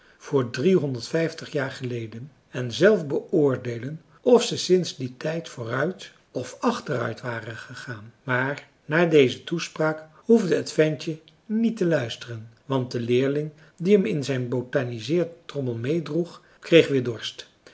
voor driehonderd vijftig jaar geleden en zelf beoordeelen of ze sinds dien tijd vooruit of achteruit waren gegaan maar naar deze toespraak hoefde het ventje niet te luisteren want de leerling die hem in zijn botaniseertrommel meê droeg kreeg weer dorst